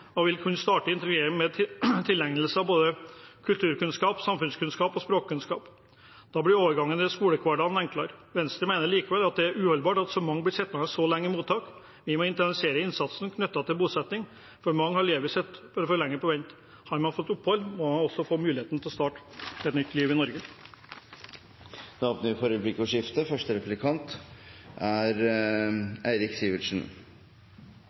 og vil der kunne starte integreringen med tilegnelse av både kulturkunnskap, samfunnskunnskap og språkkunnskap. Da blir overgangen til skolehverdagen enklere. Venstre mener likevel at det er uholdbart at så mange blir sittende så lenge i mottak. Vi må intensivere innsatsen knyttet til bosetting. For mange har livet sitt for lenge på vent. Har man fått opphold, må man også få muligheten til å starte et nytt liv i Norge. Det blir replikkordskifte. Jeg er